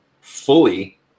fully